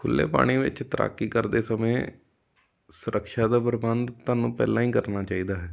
ਖੁੱਲ੍ਹੇ ਪਾਣੀ ਵਿੱਚ ਤੈਰਾਕੀ ਕਰਦੇ ਸਮੇਂ ਸੁਰਕਸ਼ਾ ਦਾ ਪ੍ਰਬੰਧ ਤੁਹਾਨੂੰ ਪਹਿਲਾਂ ਹੀ ਕਰਨਾ ਚਾਹੀਦਾ ਹੈ